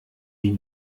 die